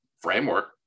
framework